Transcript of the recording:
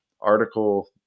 article